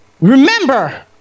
remember